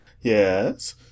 yes